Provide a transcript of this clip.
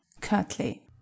CURTLY